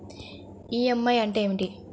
EMI అంటే ఏమిటి?